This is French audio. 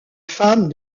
femmes